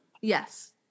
Yes